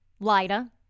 Lida